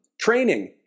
training